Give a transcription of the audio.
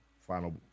final